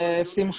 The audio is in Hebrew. הזה,